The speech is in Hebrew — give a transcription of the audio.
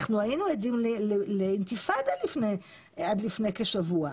אנחנו היינו עדים לאינתיפאדה עד לפני כשבוע.